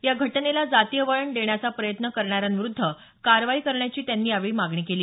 या घटनेला जातीय वळण देण्याचा प्रयत्न करणाऱ्यांविरूद्ध कारवाई करण्याची त्यांनी यावेळी मागणी केली